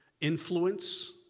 Influence